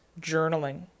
journaling